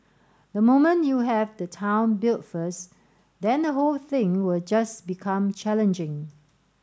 the moment you have the town built first then the whole thing will just become challenging